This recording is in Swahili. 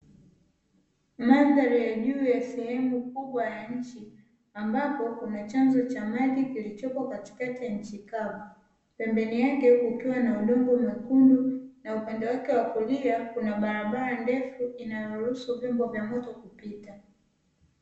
Mandhari ya juu ya sehemu kubwa ya nchi ambapo kuna chanzo cha maji kilichopo katikati ya nchi kavu, pembeni yake kukiwa na udongo mwekundu na upande wake wa kulia kuna barabara ndefu inayoruhusu vyombo vya moto kupita.